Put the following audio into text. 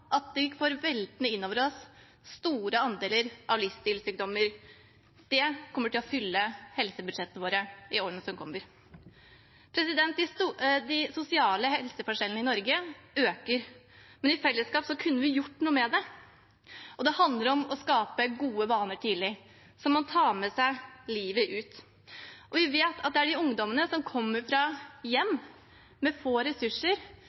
kommer. De sosiale helseforskjellene i Norge øker, men i fellesskap kunne vi gjort noe med det. Det handler om tidlig å skape gode vaner som man tar med seg livet ut. Vi vet at det er de ungdommene som kommer fra hjem med få ressurser,